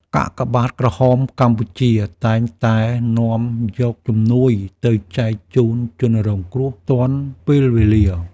កាកបាទក្រហមកម្ពុជាតែងតែនាំយកជំនួយទៅចែកជូនជនរងគ្រោះទាន់ពេលវេលា។